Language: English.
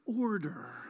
order